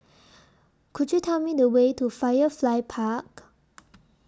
Could YOU Tell Me The Way to Firefly Park